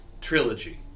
trilogy